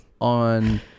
on